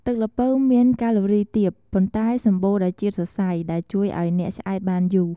ទឹកល្ពៅមាន កាឡូរីទាប ប៉ុន្តែសម្បូរដោយជាតិសរសៃ ដែលជួយឲ្យអ្នកឆ្អែតបានយូរ។